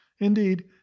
Indeed